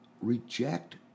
reject